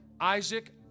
Isaac